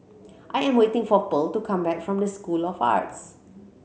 I am waiting for Pearl to come back from the School of Arts